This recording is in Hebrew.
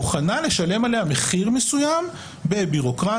מוכנה לשלם עליה מחיר מסוים בביורוקרטיה,